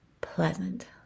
pleasant